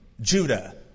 Judah